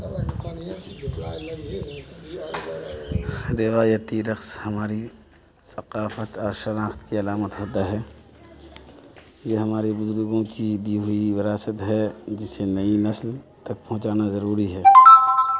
روایتی رقص ہماری ثقافت اور شناخت کی علامت ہوتا ہے یہ ہمارے بزرگوں کی دی ہوئی وراثت ہے جسے نئی نسل تک پہنچانا ضروری ہے